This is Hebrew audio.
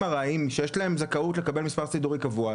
ארעיים שיש להם זכאות לקבל מספר סידורי קבוע,